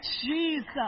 Jesus